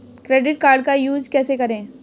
Credit card का use कैसे करें?